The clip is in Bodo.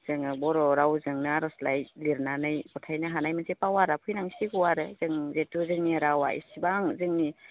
जोङो बर' रावजोंनो आर'जलाइ लिरनानै गथायनो हानाय मोनसे पावारा फैनांसिगौ आरो जों जिथु जोंनि रावा इसिबां जोंनि